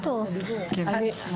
יביאו אותם בפני שר החינוך.